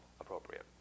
appropriate